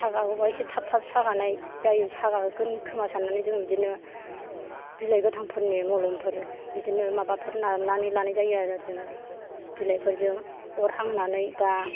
सागागौबा एसे थाब थाब सागानाय जायो सागागोन खोमा साननानै बिदिनो बिलाइ गोथांफोरनि मलमफोर बिदिनो माबाफोर नानानै लानाय जायो आरो जोङो बिलाइफोरजों अर हांनानै बा